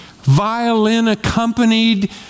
violin-accompanied